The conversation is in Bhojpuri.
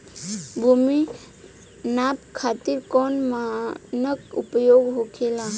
भूमि नाप खातिर कौन मानक उपयोग होखेला?